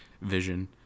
vision